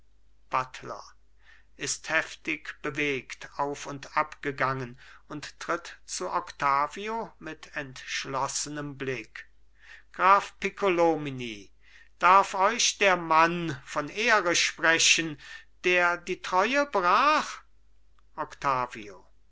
buttler ist heftig bewegt auf und ab gegangen und tritt zu octavio mit entschlossenem blick graf piccolomini darf euch der mann von ehre sprechen der die treue brach octavio